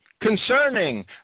concerning